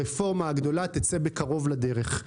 הרפורמה הגדולה תצא בקרוב לדרך.